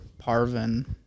Parvin